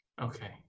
Okay